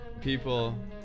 people